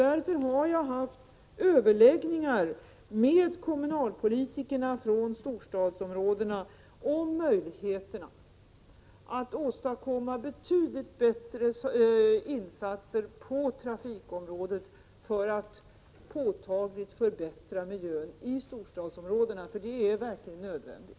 Därför har jag haft överläggningar med kommunalpolitikerna från storstadsområdena om möjligheterna att åstadkomma betydligt bättre insatser när det gäller trafiken för att påtagligt förbättra miljön i dessa områden. Det är verkligen nödvändigt.